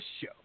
show